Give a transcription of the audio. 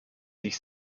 sich